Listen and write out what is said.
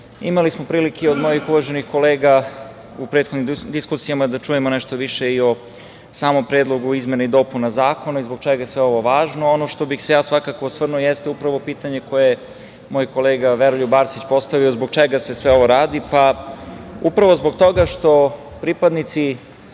imali smo prilike od mojih uvaženih kolega u prethodnim diskusijama da čujemo nešto više i o samom predlogu izmena i dopuna zakona i zbog čega je sve ovo važno. Ono na šta bih se ja osvrnuo jeste upravo pitanje koje je moj kolega Veroljub Arsić postavio – zbog čega se sve ovo radi? Pa, upravo zbog toga što pripadnici